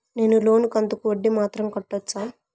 నేను లోను కంతుకు వడ్డీ మాత్రం కట్టొచ్చా?